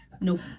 Nope